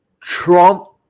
Trump